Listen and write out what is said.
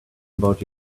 about